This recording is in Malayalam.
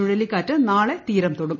ചുഴലിക്കാറ്റ് നാളെ തീരം തൊടും